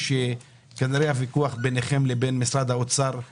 שכנראה הוויכוח ביניכם לבין משרד האוצר הוא